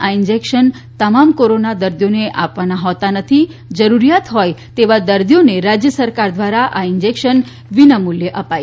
આ ઈન્જેક્શન તમામ કોરોના દર્દીઓને આપવાના હોતા નથી જરૂરિયાત હોય તેવા દર્દીઓને રાજ્ય સરકાર દ્વારા આ ઈન્જેક્શન વિના મુલ્ચે અપાય છે